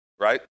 Right